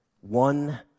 one